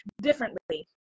differently